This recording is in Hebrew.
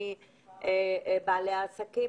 בעלי עסקים